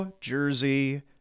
Jersey